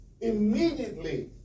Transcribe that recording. immediately